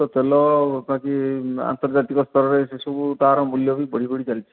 ତ ତେଲ ବାକି ଆର୍ନ୍ତଜାତିକ ସ୍ତରରେ ସେସବୁ ତା ର ମୂଲ୍ୟ ବି ବଢ଼ି ବଢ଼ି ଚାଲିଛି